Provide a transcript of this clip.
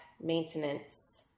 maintenance